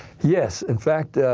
yes. in fact,